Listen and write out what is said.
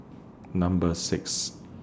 Number six